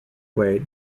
weight